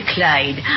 Clyde